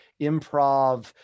improv